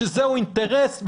שזה אינטרס,